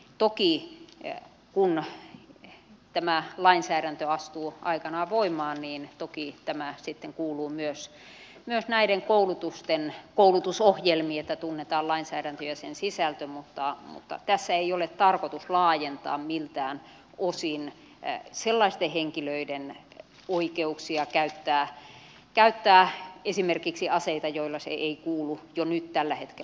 toki kun tämä lainsäädäntö astuu aikanaan voimaan tämä sitten kuuluu myös näiden koulutusten koulutusohjelmiin että tunnetaan lainsäädäntö ja sen sisältö mutta tässä ei ole tarkoitus laajentaa miltään osin sellaisten henkilöiden oikeuksia käyttää esimerkiksi aseita joilla se ei kuulu jo nyt tällä hetkellä koulutukseen